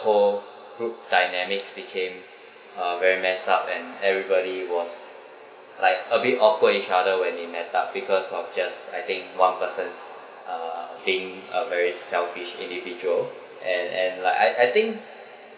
for group dynamics became uh very mess up and everybody was like a bit awkward each other when they met up because of just I think one person uh being a very selfish individual and and like I I think